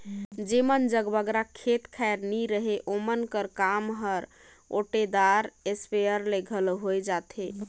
जेमन जग बगरा खेत खाएर नी रहें ओमन कर काम हर ओटेदार इस्पेयर ले घलो होए जाथे